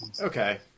Okay